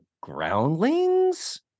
groundlings